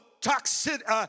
toxic